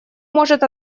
может